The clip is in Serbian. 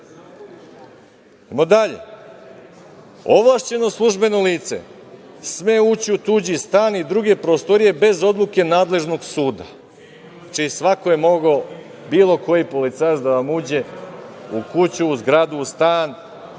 Idemo dalje, ovlašćeno službeno lice sme ući u tuđi stan i druge prostorije bez odluke nadležnog suda. Znači svako je mogao, bilo koji policajac da vam uđe u kuću, u zgradu, u stan